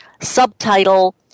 Subtitle